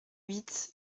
huit